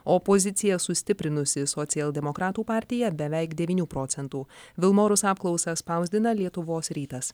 opoziciją sustiprinusi socialdemokratų partija beveik devynių procentų vilmorus apklausą spausdina lietuvos rytas